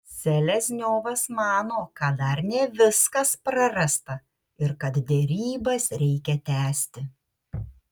selezniovas mano kad dar ne viskas prarasta ir kad derybas reikia tęsti